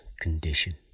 condition